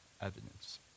evidence